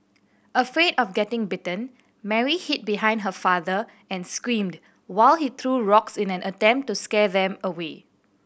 afraid of getting bitten Mary hid behind her father and screamed while he threw rocks in an attempt to scare them away